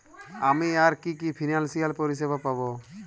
আমি আর কি কি ফিনান্সসিয়াল পরিষেবা পাব?